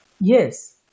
Yes